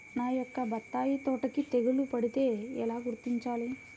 నా యొక్క బత్తాయి తోటకి తెగులు పడితే ఎలా గుర్తించాలి?